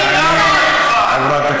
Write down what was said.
יש כתמים של דם על הדוכן.